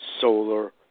solar